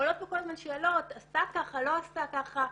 עולות פה כל הזמן שאלות, עשתה ככה, לא עשתה ככה.